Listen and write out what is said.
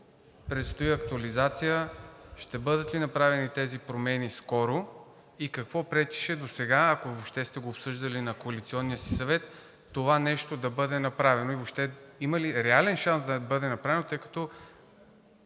предстои актуализация – ще бъдат ли направени тези промени скоро? Какво пречеше досега, ако въобще ще го обсъждат на коалиционния си съвет, това нещо да бъде направено? Има ли реален шанс да бъде направено, тъй като